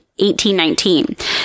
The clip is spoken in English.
1819